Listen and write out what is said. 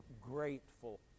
grateful